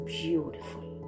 beautiful